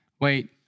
Wait